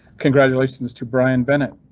congratulations to brian bennett.